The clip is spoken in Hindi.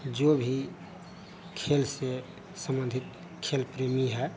जो भी खेल से सम्बंधित खेल प्रेमी है